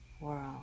world